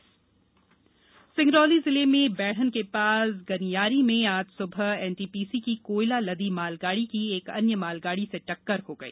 दुर्घटना सिंगरोली जिले में बैढ़न के पास गनियारी में आज सुबह एनटीपीसी की कोयला लदी मालगाड़ी की एक अन्य मालगाड़ी से टक्कर हो गई